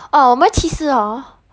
哦我们只是 hor